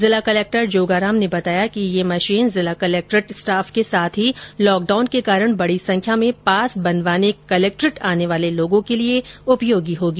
जिला कलेक्टर जोगाराम ने बताया कि यह मशीन जिला कलक्देट स्टाफ के साथ ही लहकडाउन के कारण बड़ी संख्या में पास बनवाने कलक्देट आने वाले लोगों के लिए उपयोगी होगी